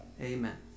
amen